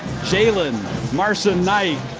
jaylen marson-knight,